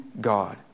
God